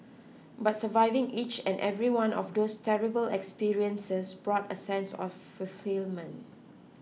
but surviving each and every one of those terrible experiences brought a sense of fulfilment